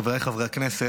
חבריי חברי הכנסת,